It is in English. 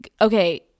okay